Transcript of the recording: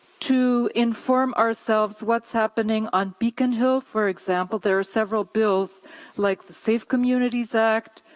to inform ourselves what's happening on beacon hill, for example. there are several bills like safe communities act,